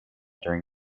during